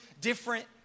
different